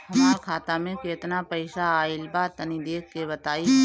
हमार खाता मे केतना पईसा आइल बा तनि देख के बतईब?